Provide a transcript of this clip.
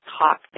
talk